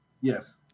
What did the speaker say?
Yes